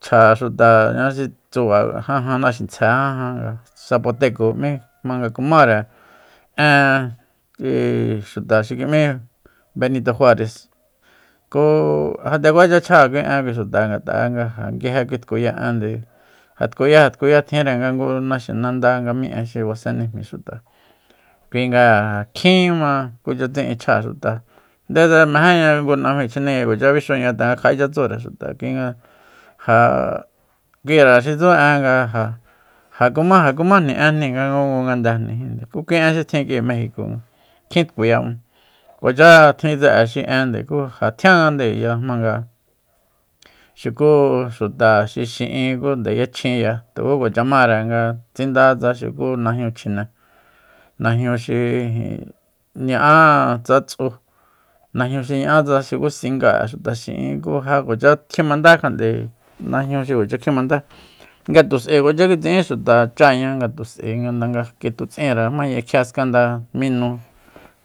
Chja xutaña xi tsuba jajan naxinsje jajan sapoteco m'í jmanga kumáre en kui xuta xi ki'mí benito juares ku ja nde kuacha chja kui en kui xuta ngat'a nga ja nguije kui tkuya ende ja tkuya ja tkuya tjinre nga ngu naxinanda nga mi en xi basenejmi xuta kui nga ja kjínma kucha tsi'in chjáa xuta ndedsa mejénña ngu najmi chjenenguiña kuacha bixuña tanga kja'echa tsure xuta kuinga ja kuira xi tsu 'en nga ja ja kuma jakumajni énjni nga ngungu ngandejnijinde ku kui en xi tjin k'ui mejiko kjin tkuyama kuacha tjin tse'e xi ende ku ja tjiángande jmanga xuku xuta xi xi'in ku nde yachjinya tukukua mare nga tsinda tsa xuku najñu chjine najñu xi ijin ña'a tsa tsu najñu xi ña'a xuku singa'e xuta xi'in ku ja kuacha kjimanda kjat'e najñu xi kuacha kjimandá ngatu'sae kuacha kitsi'in xuta cháña ngatus'ae ndanga nga kitu'sinre jmayaña kjia skanda mi nu